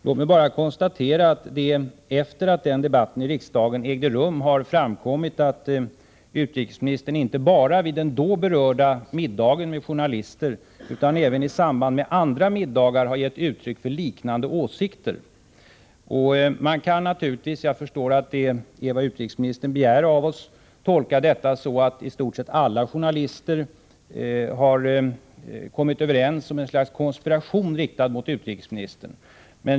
Låt mig bara konstatera att det, efter det att debatten i riksdagen ägde rum, har framkommit att utrikesministern inte bara vid den då berörda middagen med journalister utan även i samband med andra middagar gett uttryck för liknande åsikter. Man kan naturligtvis — jag förstår att det är vad utrikesministern begär av oss — tolka detta så att i stort sett alla journalister har kommit överens om något slags konspiration riktad mot utrikesministern.